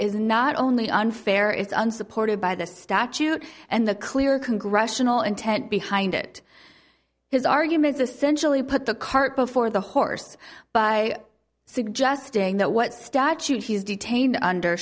is not only unfair it's unsupported by the statute and the clear congressional intent behind it his arguments essentially put the cart before the horse but i suggesting that what statute he is detained under